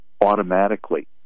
automatically